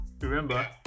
remember